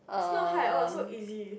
is not hard at all so easy